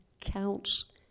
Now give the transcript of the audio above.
counts